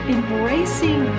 Embracing